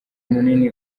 munini